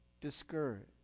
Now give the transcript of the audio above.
discouraged